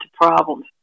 problems